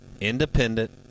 Independent